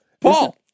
Paul